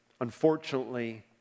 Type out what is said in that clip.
unfortunately